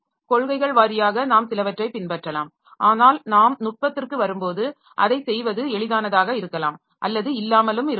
காெள்கைகள் வாரியாக நாம் சிலவற்றை பின்பற்றலாம் ஆனால் நாம் நுட்பத்திற்கு வரும்போது அதைச் செய்வது எளிதானதாக இருக்கலாம் அல்லது இல்லாமலும் இருக்கலாம்